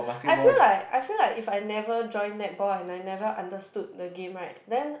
I feel like I feel like if I never join netball and I never understood the game right then